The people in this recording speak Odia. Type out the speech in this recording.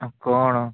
କଣ